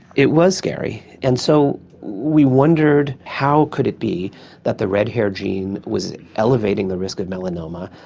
it was scary. and so we wondered how could it be that the red hair gene was elevating the risk of melanoma?